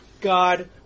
God